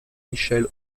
michel